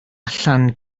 allan